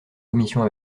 commissions